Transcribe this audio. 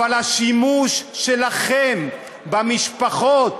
אבל השימוש שלכם במשפחות